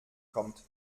kommt